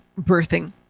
birthing